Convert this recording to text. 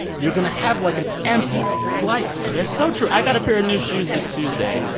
you're going to have, like, an empty life that's so true. i got a pair of new shoes this tuesday.